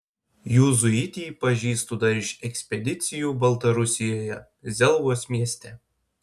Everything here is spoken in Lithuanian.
juzuitį pažįstu dar iš ekspedicijų baltarusijoje zelvos mieste